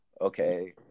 okay